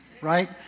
right